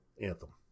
Anthem